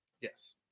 Yes